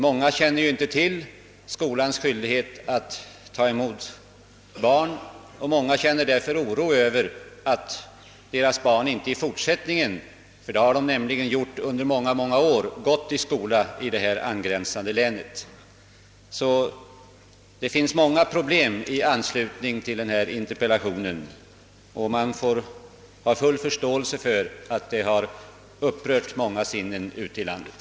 Många känner inte till skolans skyldighet att ta emot skolbarn och hyser därför oro för att deras barn inte i fortsättningen, liksom hittills under många år, skall få gå i grannlänets skolor. Det finns alltså många problem i anslutning till den fråga som tagits upp i interpellationen, och man får ha full förståelse för att detta har upprört många sinnen ute i landet.